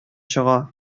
чыга